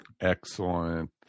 Excellent